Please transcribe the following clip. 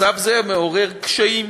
מצב זה מעורר כמה קשיים: